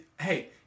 Hey